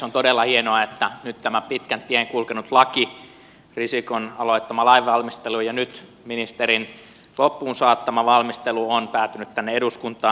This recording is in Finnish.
on todella hienoa että nyt tämä pitkän tien kulkenut laki risikon aloittama lain valmistelu ja nyt ministerin loppuun saattama valmistelu on päätynyt tänne eduskuntaan